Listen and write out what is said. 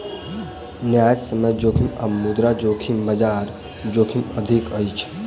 न्यायसम्य जोखिम आ मुद्रा जोखिम, बजार जोखिमक अधीन अछि